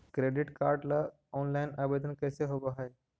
Credit card ल online आवेदन कैसे होब है?